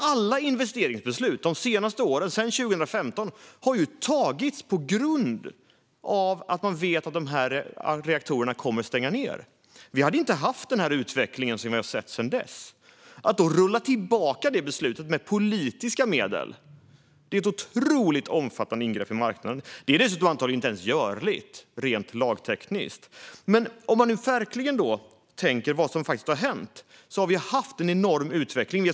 Alla investeringsbeslut de senaste åren, sedan 2015, har ju tagits på grund av att man vet att de här reaktorerna kommer att stängas ned. Vi hade inte haft den här utvecklingen som vi har sett sedan dess annars. Att då rulla tillbaka det beslutet med politiska medel är ett otroligt omfattande ingrepp i marknaden. Det är dessutom antagligen inte ens görligt rent lagtekniskt. Om man verkligen tänker på vad som faktiskt har hänt har vi haft en enorm utveckling.